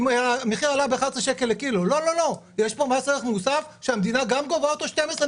אין ספק שיש פה בעיה קולוסאלית שאנחנו חייבים לקחת עליה אחריות.